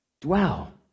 dwell